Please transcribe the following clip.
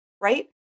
right